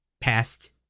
past